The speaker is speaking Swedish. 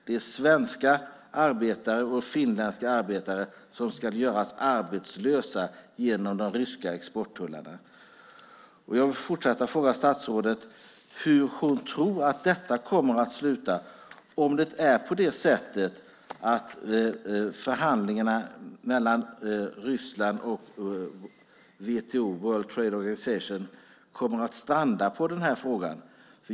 Det är svenska och finländska arbetare som ska göras arbetslösa genom de ryska exporttullarna. Jag vill fortsätta fråga statsrådet hur hon tror att detta kommer att sluta om förhandlingarna mellan Ryssland och WTO kommer att stranda på denna fråga.